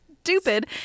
stupid